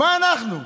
מה אנחנו?